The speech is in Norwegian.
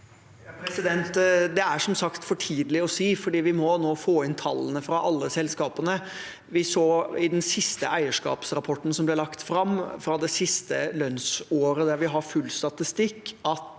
Det er som sagt for tidlig å si, for vi må få inn tallene fra alle selskapene. Vi så i den siste eierskapsrapporten som ble lagt fram, fra det siste lønnsåret der vi har full statistikk, at